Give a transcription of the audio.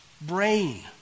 brain